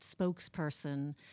spokesperson